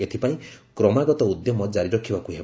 ଏଥିପାଇଁ କ୍ରମାଗତ ଉଦ୍ୟମ କାରି ରଖିବାକୁ ହେବ